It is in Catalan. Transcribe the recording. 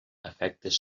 efectes